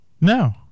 No